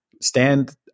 stand